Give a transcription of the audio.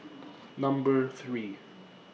Number three